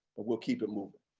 we'll keep it moving.